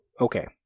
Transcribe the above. okay